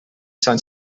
sant